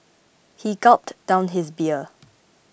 he gulped down his beer